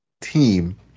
team